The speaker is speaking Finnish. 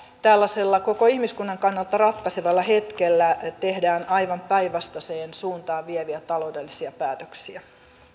tällaisella koko ihmiskunnan kannalta ratkaisevalla hetkellä tehdään aivan päinvastaiseen suuntaan vieviä taloudellisia päätöksiä